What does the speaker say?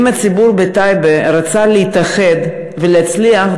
אם הציבור בטייבה רצה להתאחד ולהצליח,